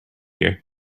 you